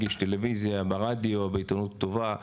הייתי מגיש טלוויזיה, ברדיו, בעיתונות כתובה.